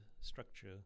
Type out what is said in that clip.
structure